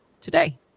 today